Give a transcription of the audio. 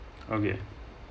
okay